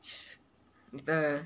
the